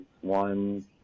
one